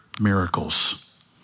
miracles